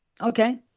Okay